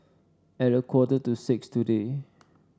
at a quarter to six today